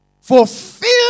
fulfill